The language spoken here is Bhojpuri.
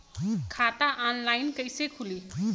खाता ऑनलाइन कइसे खुली?